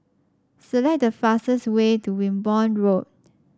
select the fastest way to Wimborne Road